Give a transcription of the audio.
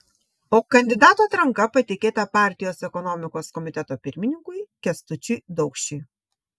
o kandidatų atranka patikėta partijos ekonomikos komiteto pirmininkui kęstučiui daukšiui